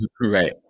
right